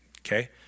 okay